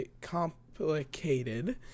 complicated